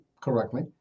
correctly